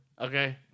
Okay